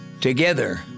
Together